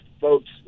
folks